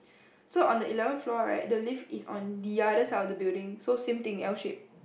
so on the eleven floor right the lift is on the other side of the building so same thing L shape